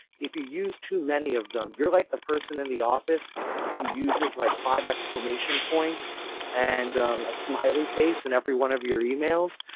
if you use too many of them, you're like the person in the office who uses like five exclamation points and a smiley face in every one of your e-mails.